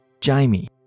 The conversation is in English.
Jamie